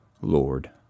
Lord